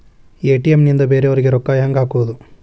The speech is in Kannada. ಎ.ಟಿ.ಎಂ ನಿಂದ ಬೇರೆಯವರಿಗೆ ರೊಕ್ಕ ಹೆಂಗ್ ಹಾಕೋದು?